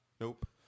Nope